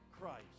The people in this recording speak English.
christ